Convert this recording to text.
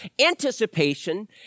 Anticipation